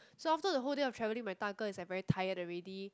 so after the whole day of traveling my 大哥 is like very tired already